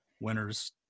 winners